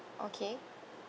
okay